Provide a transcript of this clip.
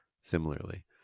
Similarly